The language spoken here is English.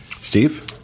steve